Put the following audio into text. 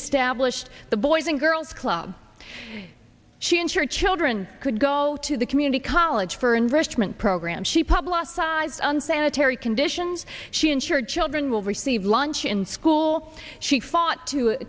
established the boys and girls club she and her children could go to the community college for investment programs she publicized unsanitary additions she ensure children will receive lunch in school she fought to